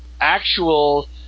actual